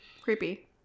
creepy